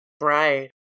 Right